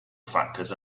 factors